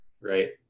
right